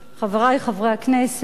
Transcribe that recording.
חברי חברי הכנסת,